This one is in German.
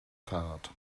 fahrrad